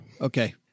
Okay